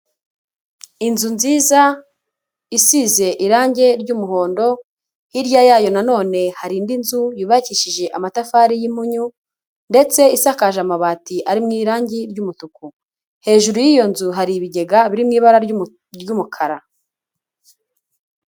Inzu nziza isize irangi ry'umuhondo hirya yayo na none hari indi nzu yubakishije amatafari y'impunyu ndetse isakaje amabati ari mu irange ry'umutuku, hejuru y'iyo nzu hari ibigega birimo ibara ry'umukara.